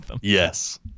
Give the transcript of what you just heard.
Yes